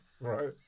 right